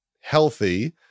healthy